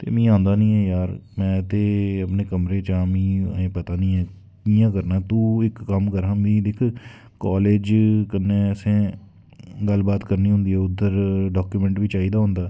ते मीं आंदा नी ऐ जार में ते अपने कमरे च आं मीं ते पता नी ऐ कियां करना ऐ तूं इक कम्म कर मीं दिक्ख कालेज़ कन्नै असैं गल्ल बात करनी होंदी ऐ उद्दर डाक्यूमैंट बी चाही दा होंदा ऐ